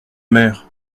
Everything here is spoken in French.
mère